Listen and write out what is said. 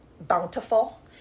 bountiful